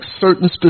certain